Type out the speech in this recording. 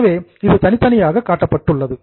எனவே இது தனித்தனியாக காட்டப்பட்டுள்ளது